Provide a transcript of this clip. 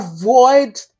avoid